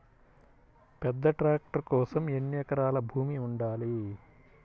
పెద్ద ట్రాక్టర్ కోసం ఎన్ని ఎకరాల భూమి ఉండాలి?